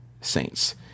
saints